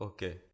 Okay